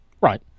Right